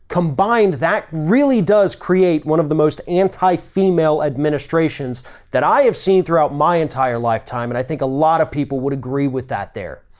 combined that really does create one of the most anti-female administrations that i have seen throughout my entire lifetime and i think a lot of people would agree with that there.